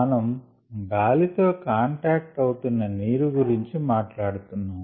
మనం గాలి తో కాంటాక్ట్ అవుతున్న నీరు గురించి మాట్లాడుతున్నాం